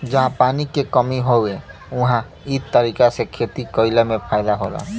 जहां पानी के कमी हौ उहां इ तरीका से खेती कइला में फायदा होला